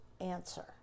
answer